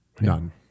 None